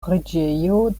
preĝejo